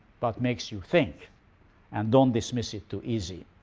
but makes you think and don't dismiss it too easy.